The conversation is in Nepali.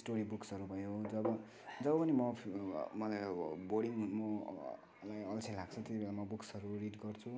स्टोरी बुक्सहरू भयो जब जब पनि म मलाई अब बोरिङ मलाई अल्छि लाग्छ त्यतिबेला म बुक्सहरू रिड गर्छु